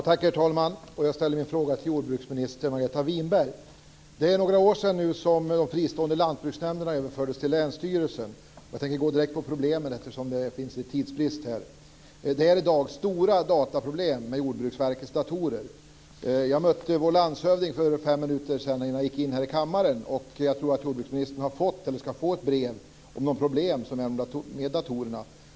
Herr talman! Jag ställer min fråga till jordbruksminister Margareta Winberg. Det är några år sedan som de fristående lantbruksnämnderna överfördes till länsstyrelsen. Jag tänker gå direkt på problemen eftersom det är tidsbrist. Det är i dag stora problem med Jordbruksverkets datorer. Jag mötte vår landshövding för fem minuter sedan innan jag gick in i kammaren. Jag tror att jordbruksministern har fått eller skall få ett brev om de problem som finns med datorerna.